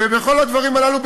בכל הדברים הללו,